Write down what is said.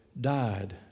died